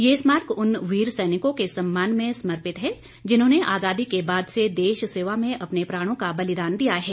ये स्मारक उन वीर सैनिकों के सम्मान में समर्पित है जिन्होंने आजादी के बाद से देश सेवा में अपने प्राणों का बलिदान दिया है